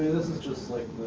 is is just like,